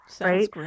right